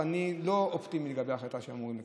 ואני לא אופטימי לגבי ההחלטה שאמורים לקבל.